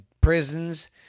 prisons